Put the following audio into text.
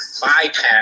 bypass